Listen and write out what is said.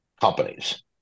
companies